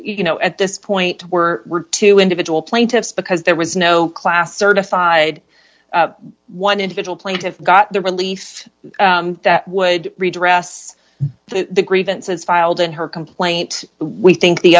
you know at this point were were to individual plaintiffs because there was no class certified one individual plaintiff got the relief that would redress the grievances filed in her complaint we think the